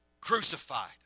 crucified